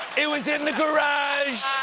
it was in the garage.